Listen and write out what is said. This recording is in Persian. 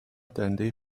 دنده